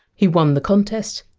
he won the contest,